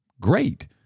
Great